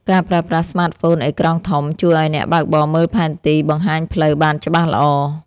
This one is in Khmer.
ការប្រើប្រាស់ស្មាតហ្វូនអេក្រង់ធំ ជួយឱ្យអ្នកបើកបរមើលផែនទីបង្ហាញផ្លូវបានច្បាស់ល្អ។